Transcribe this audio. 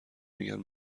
میگن